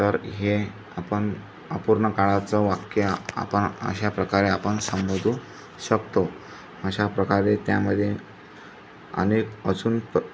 तर हे आपण अपूर्णकाळाचं वाक्य आपण अशाप्रकारे आपण संबोधू शकतो अशाप्रकारे त्यामध्ये अनेक अजून प